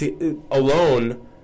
alone